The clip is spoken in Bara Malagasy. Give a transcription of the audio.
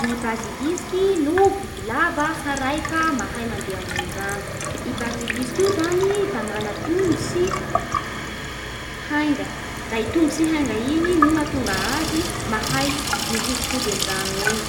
Ny bazilisiky no biby lava tsaray fa mahay mandeha ambony rano. i bazilisiky io zany da mana-tongotsy hainga. Da igny tongotsy hainga igny no mahatonga azy mahay mihodikody amy rano egny.